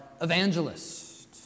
evangelist